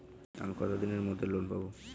আমি কতদিনের মধ্যে লোন পাব?